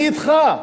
אני אתך.